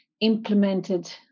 implemented